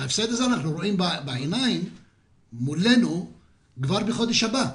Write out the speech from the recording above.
את ההפסד הזה אנחנו רואים בעיניים מולנו כבר בחודש הבא.